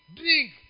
drink